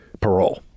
parole